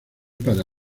para